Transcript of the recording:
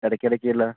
ഇടയ്ക്കിടയ്ക്കുള്ള